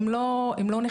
הם לא נחתכו.